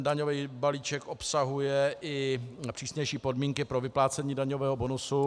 Daňový balíček obsahuje i přísnější podmínky pro vyplácení daňového bonusu.